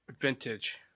Vintage